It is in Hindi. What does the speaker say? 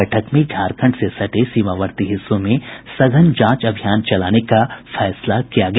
बैठक में झारखंड से सटे सीमावर्ती हिस्सों में सघन जांच अभियान चलाने का फैसला किया गया